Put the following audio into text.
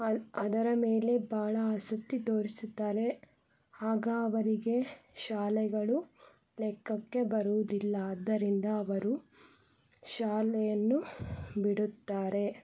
ಅದರ ಮೇಲೆ ಬಹಳ ಆಸಕ್ತಿ ತೋರಿಸುತ್ತಾರೆ ಆಗ ಅವರಿಗೆ ಶಾಲೆಗಳು ಲೆಕ್ಕಕ್ಕೆ ಬರುವುದಿಲ್ಲ ಆದ್ದರಿಂದ ಅವರು ಶಾಲೆಯನ್ನು ಬಿಡುತ್ತಾರೆ